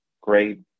great